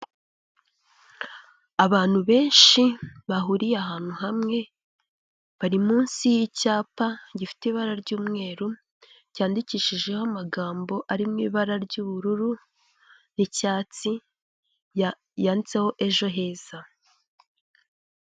Abantu benshi bahuriye ahantu hamwe bari munsi y'icyapa gifite ibara ry'umweru cyandikishijeho amagambo ari mu ibara ry'ubururu n'icyatsi yannditseho ejo heza.